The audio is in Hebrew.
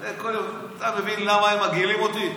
אתה מבין למה הם מגעילים אותי?